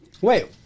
Wait